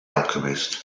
alchemist